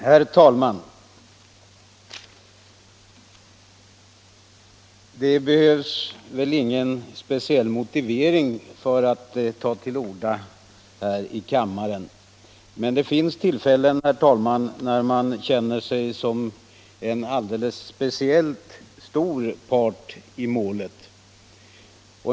Herr talman! Det behövs väl ingen speciell motivering för att ta till orda i denna debatt men det finns tillfällen när man på ett alldeles speciellt sätt känner sig som part i målet.